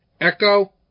Echo